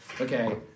okay